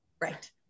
Right